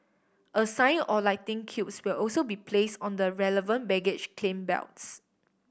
a sign or lightning cubes will also be place on the relevant baggage claim belts